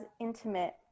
intimate